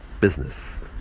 Business